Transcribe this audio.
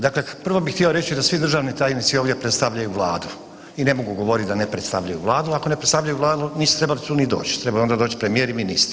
Dakle, prvo bih htio reći da svi državni tajnici ovdje predstavljaju Vladu i ne mogu govoriti da ne predstavljaju Vladu, ako ne predstavljaju Vladu nisu trebali tu ni doći, trebao je ona doći premijer i ministar.